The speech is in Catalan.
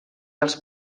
els